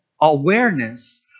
awareness